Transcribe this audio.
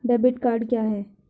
Debit card क्या है?